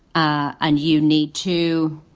and you need to,